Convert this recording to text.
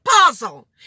puzzle